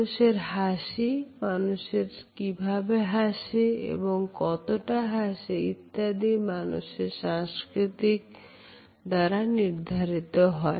মানুষের হাসি মানুষ কিভাবে হাসে এবং কতটা হাসে ইত্যাদি মানুষের সংস্কৃতি দ্বারা নির্ধারিত হয়